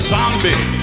Zombie